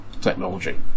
technology